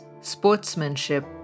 sportsmanship